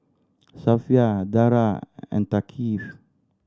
Safiya Dara and Thaqif